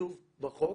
כתוב בחוק